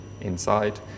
inside